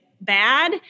bad